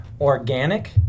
organic